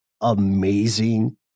amazing